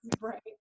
Right